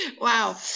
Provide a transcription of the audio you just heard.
Wow